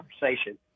conversation